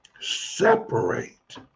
separate